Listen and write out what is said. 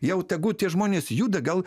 jau tegu tie žmonės juda gal